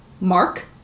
mark